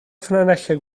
ffynonellau